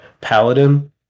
paladin